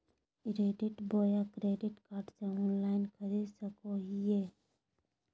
ई debit बोया credit card से online खरीद सको हिए?